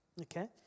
Okay